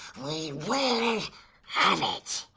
we will have it!